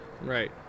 Right